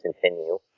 continue